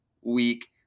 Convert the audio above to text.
week